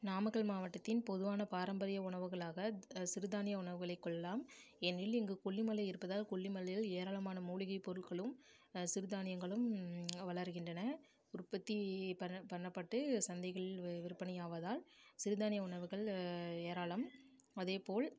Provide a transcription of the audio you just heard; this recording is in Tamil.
நாமக்கல் மாவட்டத்தின் பொதுவான பாரம்பரிய உணவுகளாக சிறுதானிய உணவுகளை கொள்ளலாம் ஏனெனில் இங்கு கொல்லிமலை இருப்பதால் கொல்லிமலையில் ஏராளமான மூலிகை பொருட்களும் சிறுதானிங்களும் வளருகின்றன உற்பத்தி பண்ண பண்ணப்பட்டு சந்தைகள் வ விற்பனை ஆவதால் சிறுதானிய உணவுகள் ஏராளம் அதேபோல்